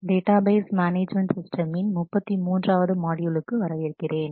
database management சிஸ்டமின் 34 ஆவது மாட்யூலுக்கு வரவேற்கிறேன்